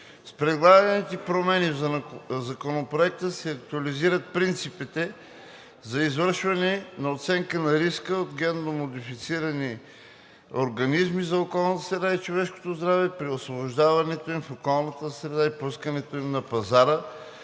С предлаганите промени в Законопроекта се актуализират принципите за извършване на оценка на риска от генно модифицирани организми за околната среда и човешкото здраве при освобождаването им в околната среда и пускането им на пазара